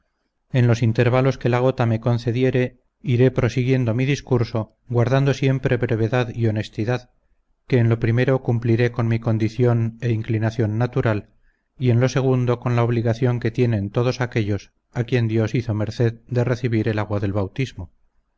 en los intervalos que la gota me concediere iré prosiguiendo mi discurso guardando siempre brevedad y honestidad que en lo primero cumpliré con mi condición y inclinación natural y en lo segundo con la obligación que tienen todos aquellos a quien dios hizo merced de recibir el agua del bautismo